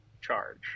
charge